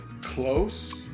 close